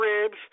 ribs